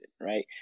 right